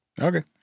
Okay